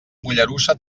mollerussa